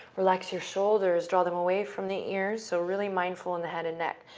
relax your shoulders, draw them away from the ears. so really mindful in the head and neck.